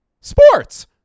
sports